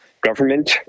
government